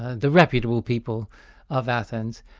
the reputable people of athens,